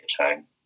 time